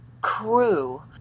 crew